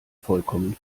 vollkommen